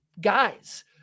guys